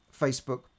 Facebook